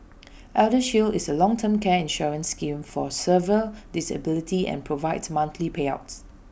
eldershield is A long term care insurance scheme for severe disability and provides monthly payouts